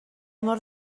mor